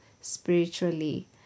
spiritually